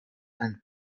and